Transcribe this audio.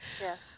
Yes